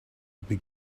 big